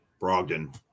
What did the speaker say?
Brogdon